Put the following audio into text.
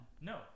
No